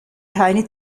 keine